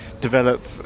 develop